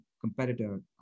competitor